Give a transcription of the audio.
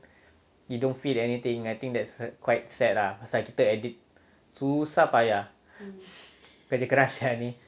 you don't feel anything I think that's quite sad lah pasal kita edit susah payah kerja keras sia ni